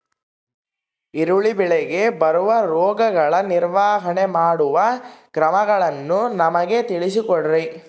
ಈರುಳ್ಳಿ ಬೆಳೆಗೆ ಬರುವ ರೋಗಗಳ ನಿರ್ವಹಣೆ ಮಾಡುವ ಕ್ರಮಗಳನ್ನು ನಮಗೆ ತಿಳಿಸಿ ಕೊಡ್ರಿ?